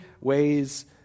ways